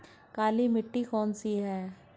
काली मिट्टी कौन सी है?